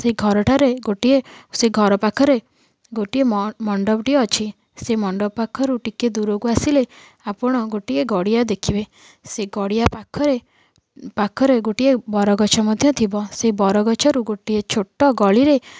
ସେ ଘର ଠାରେ ଗୋଟିଏ ସେ ଘର ପାଖରେ ଗୋଟିଏ ମ ମଣ୍ଡପ ଟିଏ ଅଛି ସେ ମଣ୍ଡପ ପାଖରୁ ଟିକେ ଦୂରକୁ ଆସିଲେ ଆପଣ ଗୋଟିଏ ଗଡ଼ିଆ ଦେଖିବେ ସେ ଗଡ଼ିଆ ପାଖରେ ପାଖରେ ଗୋଟିଏ ବରଗଛ ମଧ୍ୟ ଥିବ ସେ ବରଗଛରୁ ଗୋଟିଏ ଛୋଟ ଗଳିରେ